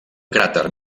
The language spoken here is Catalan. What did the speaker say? cràter